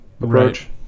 approach